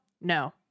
no